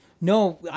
No